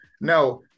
now